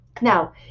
Now